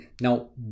Now